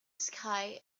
sky